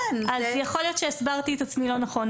יכול להיות שהסברתי את עצמי לא נכון.